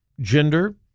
gender